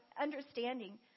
Understanding